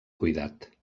cuidat